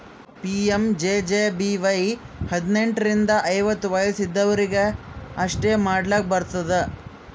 PMJJBY ಹದ್ನೆಂಟ್ ರಿಂದ ಐವತ್ತ ವಯಸ್ ಇದ್ದವ್ರಿಗಿ ಅಷ್ಟೇ ಮಾಡ್ಲಾಕ್ ಬರ್ತುದ